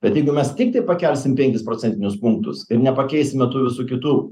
bet jeigu mes tiktai pakelsim penkis procentinius punktus ir nepakeisime tų visų kitų